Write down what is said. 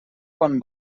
quan